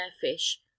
fish